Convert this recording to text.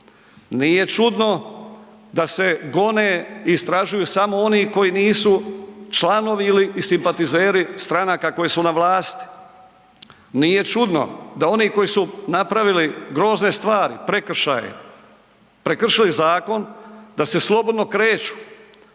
Nije čudno da se gone i istražuju samo oni koji nisu članovi ili i simpatizeri stranaka koje su na vlasti. Nije čudno da oni koji su napravili grozne stvari, prekršaje, prekršili zakon, da se slobodno kreću